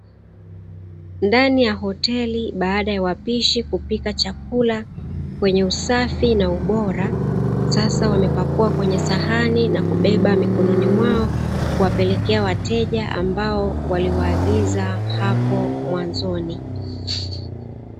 Ndani ya hoteli baada ya wapishi kupika chakula kwenye usafi na ubora, sasa wamepakua kwenye sahani na kubeba mikononi mwao kuwapelekea wateja ambao waliwaagiza hapo mwanzoni.